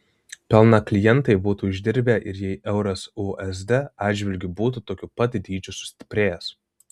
pelną klientai būtų uždirbę ir jei euras usd atžvilgiu būtų tokiu pat dydžiu sustiprėjęs